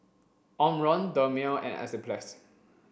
Omron Dermale and Enzyplex